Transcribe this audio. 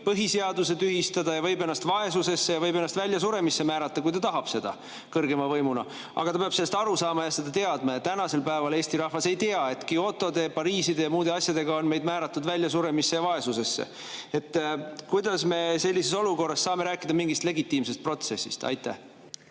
põhiseaduse tühistada, võib ennast vaesusesse ja väljasuremisse määrata, kui ta tahab seda, kõrgema võimuna. Aga ta peab sellest aru saama ja seda teadma. Ja tänasel päeval Eesti rahvas ei tea, etKyōtode, Pariiside ja muude asjadega oleme määratud väljasuremisse ja vaesusesse. Kuidas me sellises olukorras saame rääkida mingist legitiimsest protsessist? Aitäh,